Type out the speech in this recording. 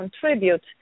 contribute